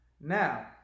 Now